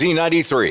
Z93